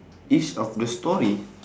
each of the storey